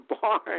barn